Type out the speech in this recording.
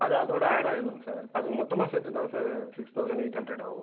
அது அதோட ஆடாயிடும் சார் அது மொத்தமாக சேர்த்து தான் sir six thousand eight hundred ஆவும்